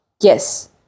Yes